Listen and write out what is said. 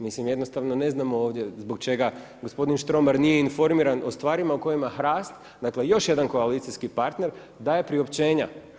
Mislim jednostavno ne znamo ovdje zbog čega gospodin Štromar nije informiran od stvarima o kojima HRAST, dakle još jedan koalicijski partner daje priopćenja.